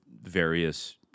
various